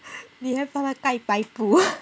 你还帮它盖白布